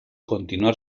continuar